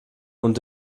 und